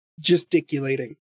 gesticulating